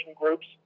groups